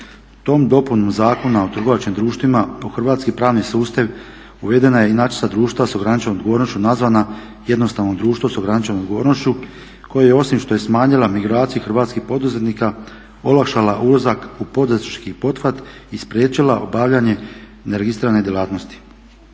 Tom dopunom Zakona o trgovačkim društvima u hrvatski pravni sustav uvedena je inačica društva sa ograničenom odgovornošću nazvana jednostavnim društvom sa ograničenom odgovornošću koje osim što je smanjila migracije hrvatskih poduzetnika, olakšala ulazak u poduzetnički pothvat i spriječila obavljanje neregistrirane djelatnosti.